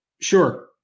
Sure